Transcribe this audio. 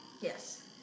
Yes